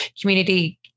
community